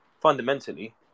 fundamentally